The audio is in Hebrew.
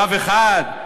רב אחד?